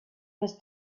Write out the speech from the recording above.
was